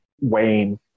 Wayne